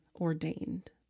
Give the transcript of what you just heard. ordained